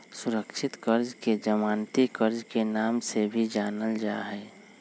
सुरक्षित कर्ज के जमानती कर्ज के नाम से भी जानल जाहई